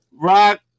Rock